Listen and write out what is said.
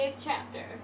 chapter